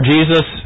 Jesus